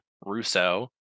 Russo